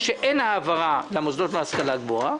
הוא שאין העברה למוסדות להשכלה גבוהה